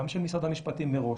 גם של משרד המשפטים מראש,